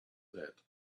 that